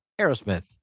Aerosmith